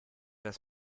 das